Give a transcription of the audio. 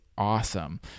Awesome